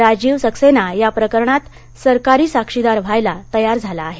राजीव सक्सेना या प्रकरणात सरकारी साक्षीदार व्हायला तयार झाला आहे